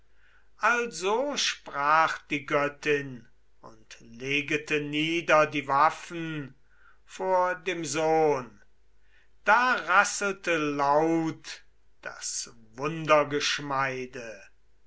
also sprach die göttin und legete nieder die waffen vor dem sohn da rasselte laut das